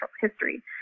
History